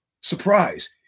Surprise